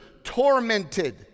tormented